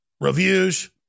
reviews